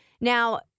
Now